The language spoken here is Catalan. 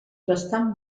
bastant